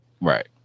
Right